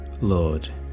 Lord